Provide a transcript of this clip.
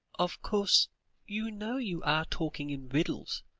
of course you know you are talking in riddles,